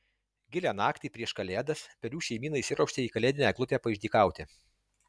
gilią naktį prieš kalėdas pelių šeimyna įsiropštė į kalėdinę eglutę paišdykauti